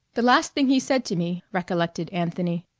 the last thing he said to me, recollected anthony,